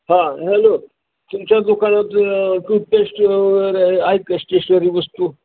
हां हॅलो तुमच्या दुकानात टूथपेस्ट वगैरे आहेत का स्टेशनरी वस्तू